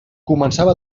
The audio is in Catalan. començava